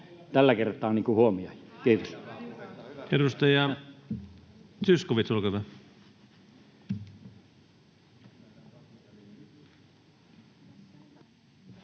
tällä kertaa huomioida. — Kiitos.